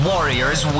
Warriors